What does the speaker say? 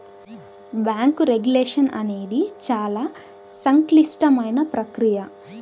bank regulation అనేది చాలా సంక్లిష్టమైన ప్రక్రియ